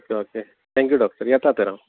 okay okay thank you doctor येता तर हांव